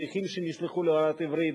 שליחים שנשלחו להוראת עברית,